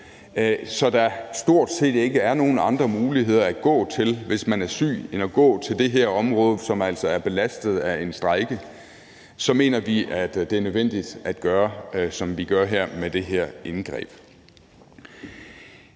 så der stort set ikke er nogen andre muligheder at gå til, hvis man er syg, end at gå til det her område, som altså er belastet af en strejke, så mener vi, at det er nødvendigt at gøre, som vi gør her med det her indgreb.